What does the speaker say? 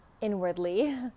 inwardly